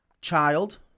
child